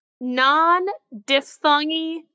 non-diphthongy